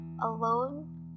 alone